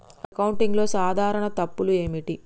అకౌంటింగ్లో సాధారణ తప్పులు ఏమిటి?